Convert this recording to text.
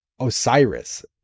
osiris